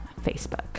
Facebook